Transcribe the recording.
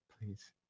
please